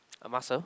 a Muscle